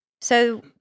So-